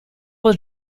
was